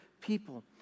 people